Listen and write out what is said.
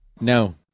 No